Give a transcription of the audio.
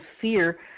fear